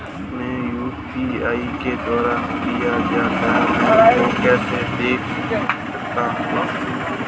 मैं यू.पी.आई के द्वारा किए गए लेनदेन को कैसे देख सकता हूं?